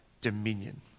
dominion